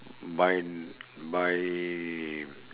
by by